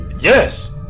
yes